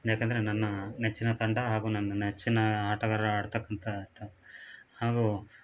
ಯಾಕಂದರೆ ನನ್ನ ನೆಚ್ಚಿನ ತಂಡ ಹಾಗು ನನ್ನ ನೆಚ್ಚಿನ ಆಟಗಾರರು ಆಡ್ತಕ್ಕಂಥ ಆಟ ಹಾಗೂ